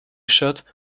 shirt